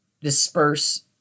disperse